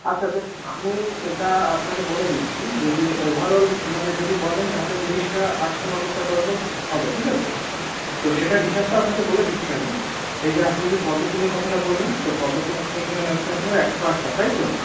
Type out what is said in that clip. আচ্ছা দেখুন আমি এটা আপনাকে বলে দিচ্ছি যদি ওভারঅল মানে যদি বলেন তাহলে জিনিসটা আটশো নশো টাকার উপর হবে ঠিক আছে তো সেটার হিসাবটা আপনাকে বলে দিচ্ছি আমি এই যে আপনি যে পদ্মফুলের কথাটা বললেন তো পদ্মফুল আপনি এখানে লাগবে আপনার একশো আটটা তাই তো